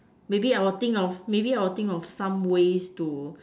maybe I will think of maybe I will think of some ways to